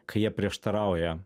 kai jie prieštarauja